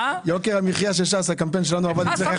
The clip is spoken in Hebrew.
יוקר המחיה של ש"ס הקמפיין שלנו עבד אצלך חזק.